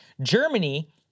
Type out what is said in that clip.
Germany